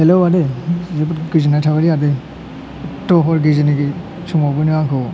hello आदै जोबोर गोजोननाय थाबायलै आदै एथ' हर गेजेरनि समावबो नों आंखौ